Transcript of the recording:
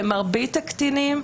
ומרבית הקטינים,